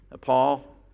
Paul